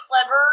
clever